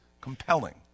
compelling